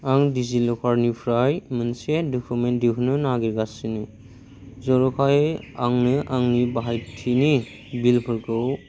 आं डिजिलकारनिफ्राय मोनसे डकुमेन्ट दिहुन्नो नागिरगासिनो जर'खायै आंनो आंनि बाहायथिनि बिलफोरखौ